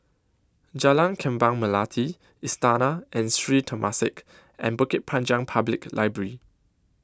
Jalan Kembang Melati Istana and Sri Temasek and Bukit Panjang Public Library